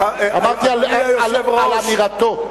אמרתי על אמירתו.